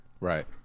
Right